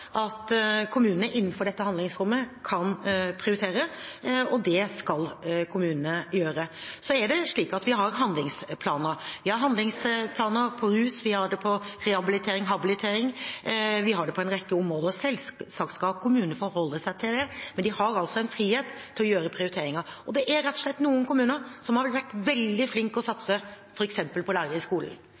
vi handlingsplaner. Vi har handlingsplaner for rus, rehabilitering, habilitering – vi har det på en rekke områder. Selvsagt skal kommunene forholde seg til det. Men de har en frihet til å gjøre prioriteringer. Det er rett og slett noen kommuner som har vært veldig flinke til å satse, f.eks. på lærere i skolen.